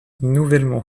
nouvellement